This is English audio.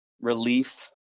relief